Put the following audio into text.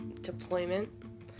deployment